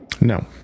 No